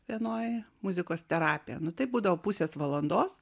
vienoj muzikos terapija nu tai būdavo pusės valandos